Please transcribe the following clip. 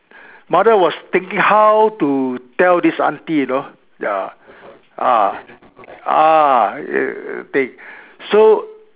mother was thinking how to tell this auntie you know ya ah ah everything so